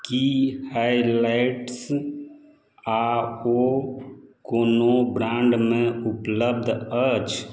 की highlights आओर कोनो ब्रांडमे उपलब्ध अछि